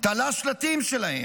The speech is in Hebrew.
תלש שלטים שלהם.